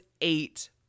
eight